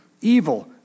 evil